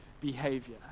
behavior